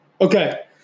Okay